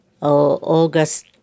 August